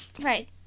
right